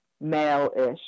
male-ish